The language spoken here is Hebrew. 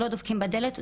לא דופקים בדלת,